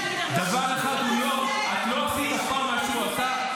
--- דבר אחד את לא עשית אף פעם,